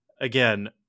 Again